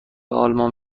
آلمان